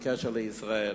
בקשר לישראל.